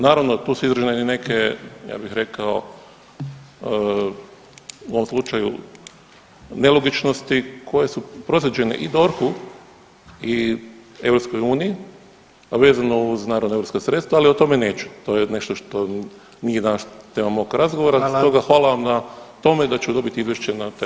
Naravno, tu su izražene i neke ja bih rekao u ovom slučaju nelogičnosti koje su proslijeđene i DORH-u i EU, a vezano naravno uz europska sredstva, ali o tome neću, to je nešto što nije danas tema mog razgovora [[Upadica: Hvala.]] i stoga hvala vam na tome da ću dobiti izvješće na taj način.